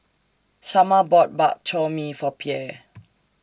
Shamar bought Bak Chor Mee For Pierre